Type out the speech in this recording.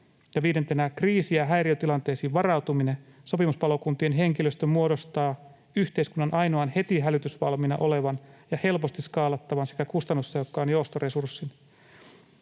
viidentenä kriisi- ja häiriötilanteisiin varautuminen: ”Sopimuspalokuntien henkilöstö muodostaa yhteiskunnan ainoan heti hälytysvalmiina olevan ja helposti skaalattavan sekä kustannustehokkaan joustoresurssin.”